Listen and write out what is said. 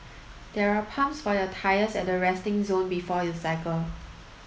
there are pumps for your tyres at the resting zone before you cycle